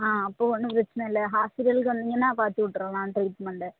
ஆ அப்போது ஒன்றும் பிரச்சனை இல்லை ஹாஸ்பிடலுக்கு வந்திங்கன்னால் பார்த்து விட்றலாம் ட்ரீட்மெண்ட்டு